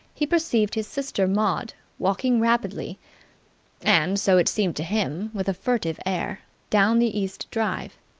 he perceived his sister maud walking rapidly and, so it seemed to him, with a furtive air down the east drive.